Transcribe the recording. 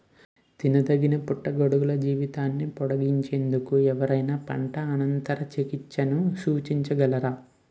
తినదగిన పుట్టగొడుగుల జీవితాన్ని పొడిగించేందుకు ఎవరైనా పంట అనంతర చికిత్సలను సూచించగలరా?